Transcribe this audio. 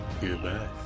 Goodbye